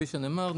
כפי שנאמר,